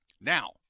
Now